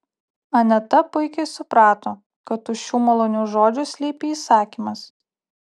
aneta puikiai suprato kad už šių malonių žodžių slypi įsakymas